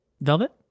velvet